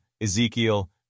Ezekiel